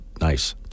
nice